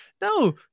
no